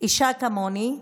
אישה כמוני,